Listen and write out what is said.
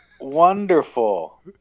Wonderful